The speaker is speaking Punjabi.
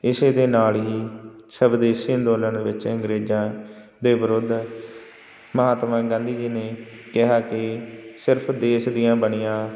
ਇਸ ਦੇ ਨਾਲ ਹੀ ਸਵਦੇਸ਼ੀ ਅੰਦੋਲਨ ਵਿੱਚ ਅੰਗਰੇਜ਼ਾਂ ਦੇ ਵਿਰੁੱਧ ਮਹਾਤਮਾ ਗਾਂਧੀ ਜੀ ਨੇ ਕਿਹਾ ਕਿ ਸਿਰਫ ਦੇਸ਼ ਦੀਆਂ ਬਣੀਆਂ